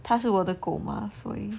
他是我的狗 mah 所以